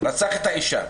רצח את האישה,